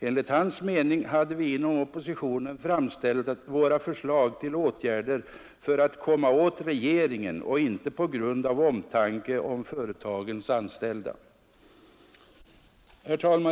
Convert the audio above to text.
Enligt hans mening hade vi inom oppositionen framställt våra förslag till åtgärder för att komma åt regeringen och inte på grund av omtanke om företagens anställda.